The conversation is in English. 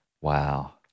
wow